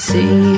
See